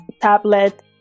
tablet